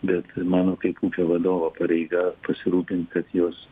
bet mano kaip ūkio vadovo reikia pasirūpint kad jos